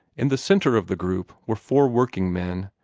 in the centre of the group were four working-men,